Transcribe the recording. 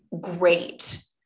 great